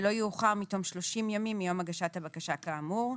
ולא יאוחר מתום 30 ימים מיום הגשת הבקשה כאמור".